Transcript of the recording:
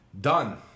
Done